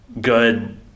good